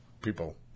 People